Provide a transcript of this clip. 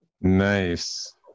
Nice